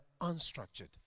unstructured